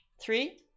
three